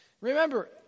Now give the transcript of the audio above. Remember